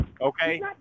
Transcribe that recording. Okay